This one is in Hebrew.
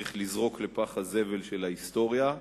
צריך לזרוק לפח הזבל של ההיסטוריה.